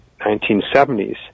1970s